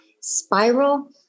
spiral